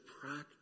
practice